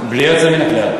בלי יוצא מן הכלל.